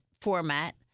format